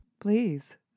Please